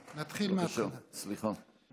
בבקשה, סליחה.